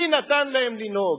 מי נתן להם לנהוג?